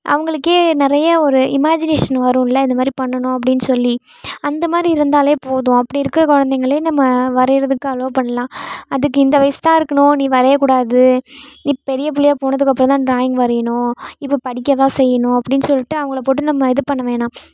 அவங்களுக்கே நிறையா ஒரு இமேஜினேஷன் வரும்ல இந்தமாதிரி பண்ணணும் அப்படின்னு சொல்லி அந்தமாதிரி இருந்தாலே போதும் அப்படி இருக்கிற கொழந்தைங்களே நம்ம வரையிறதுக்கு அலோவ் பண்ணலாம் அதுக்கு இந்த வயசுதான் இருக்கணும் நீ வரையக்கூடாது நீ பெரிய புள்ளையாக போனதுக்கப்புறம் தான் ட்ராயிங் வரையணும் இப்போ படிக்கதான் செய்யணும் அப்படின்னு சொல்லிட்டு அவங்கள போட்டு நம்ம இது பண்ண வேணாம்